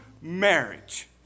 marriage